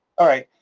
alright,